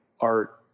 art